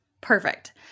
Perfect